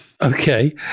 Okay